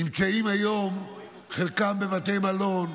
נמצאים היום חלקם בבתי מלון,